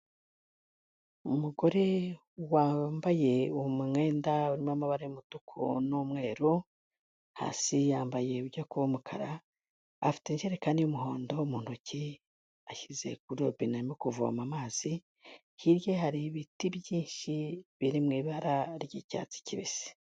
Umugore wambaye umwenda urimo amabara y'umutuku n'umweru, hasi yambaye ibijya kuba umukara, afite injerekani y'umuhondo mu ntoki ashyize kuri robine arimo kuvoma amazi, hirya ye hari ibiti byinshi biri mu ibara ry'icyatsi kibisi.